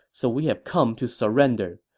so we have come to surrender.